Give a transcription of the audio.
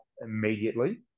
immediately